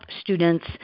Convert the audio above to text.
students